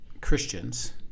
christians